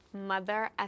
Mother